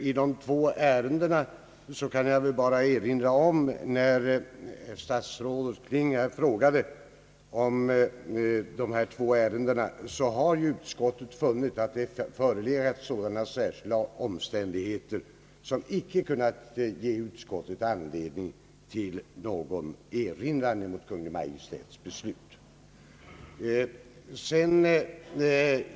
I de ivå ärenden som statsrådet Kling frågade om vill jag erinra om att utskottet funnit att det inte förelegat sådana särskilda omständigheter som kunnat ge utskottet anledning till någon erinran mot Kungl. Maj:ts beslut.